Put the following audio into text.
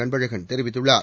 அன்பழகன் தெரிவித்துள்ளார்